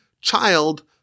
child